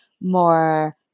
more